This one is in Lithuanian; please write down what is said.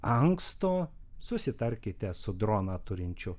anksto susitarkite su droną turinčiu